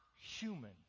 human